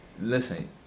Listen